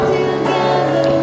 together